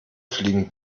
fliegen